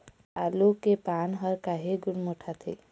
आलू के पान हर काहे गुरमुटाथे?